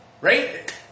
right